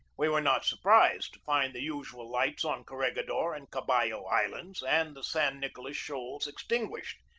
we were not surprised to find the usual lights on corregidor and caballo islands and the san nicolas shoals extinguished,